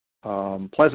Pleasant